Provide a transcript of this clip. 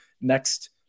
next